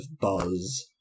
buzz